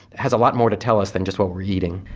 has a lot more to tell us than just what we're eating.